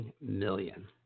million